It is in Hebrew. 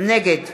נגד